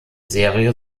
serie